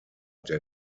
der